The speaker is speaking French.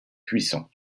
puissant